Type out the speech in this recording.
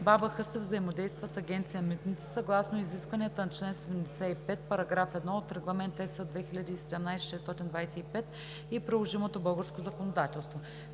БАБХ си взаимодейства с Агенция „Митници“ съгласно изискванията на чл. 75, параграф 1 от Регламент (ЕС) 2017/625 и приложимото българско законодателство.“